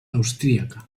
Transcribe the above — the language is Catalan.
austríaca